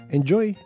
Enjoy